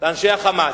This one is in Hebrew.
לאנשי ה"חמאס",